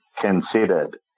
considered